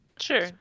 Sure